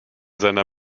seiner